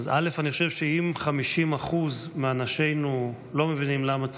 אני חושב שאם 50% מאנשינו לא מבינים למה צריך,